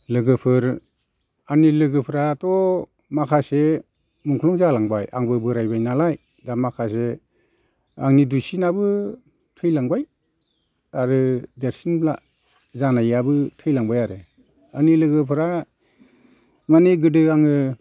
लोगोफोर आंनि लोगोफ्राथ' माखासे मुंख्लं जालांबाय आंबो बोराइबायनालाय दा माखासे आंनि दुइसिनाबो थैलांबाय आरो देरसिन जानायाबो थैलांबाय आरो आंनि लोगोफ्रा मानि गोदो आङो